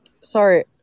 Sorry